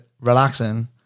relaxing